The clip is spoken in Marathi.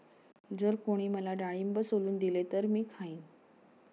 जर कोणी मला डाळिंब सोलून दिले तर मी खाईन